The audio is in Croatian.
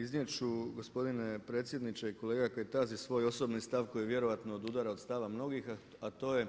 Iznijet ću gospodine predsjedniče i kolega Kajtazi svoj osobni stav koji vjerojatno odudara od stava mnogih a to je